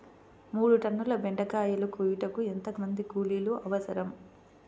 మూడు టన్నుల బెండకాయలు కోయుటకు ఎంత మంది కూలీలు అవసరం?